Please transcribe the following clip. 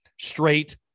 straight